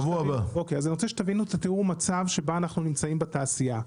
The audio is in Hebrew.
אני רוצה שתבינו את התיאור מצב שבה אנחנו נמצאים בתעשייה.